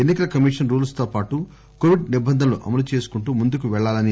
ఎన్ని కల commission rules తోపాటు కోవిడ్ నిబంధనలు అమలు చేసుకుంటూ ముందుకు పెళ్లాలన్నారు